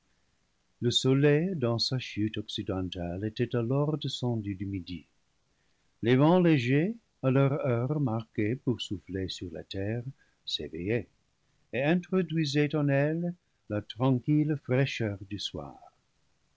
le soleil dans sa chute occidentale était alors descendu du midi les vents légers à leur heure marquée pour souffler sur la terre s'éveillaient et introduisaient en elle la tranquille fraîcheur du soir